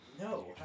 No